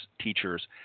Teachers